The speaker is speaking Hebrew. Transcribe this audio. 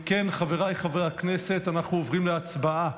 אם כן, חבריי חברי הכנסת, אנחנו עוברים להצבעה